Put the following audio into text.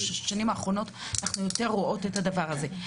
האחרונים אנחנו יותר רואות את הדבר הזה,